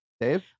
dave